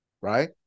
Right